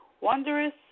Wondrous